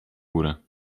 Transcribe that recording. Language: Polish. górę